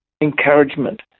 encouragement